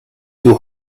two